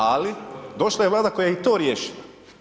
Ali, došla je Vlada koja je i to riješila.